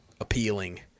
appealing